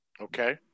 Okay